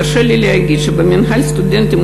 תרשה לי להגיד שבמינהל הסטודנטים,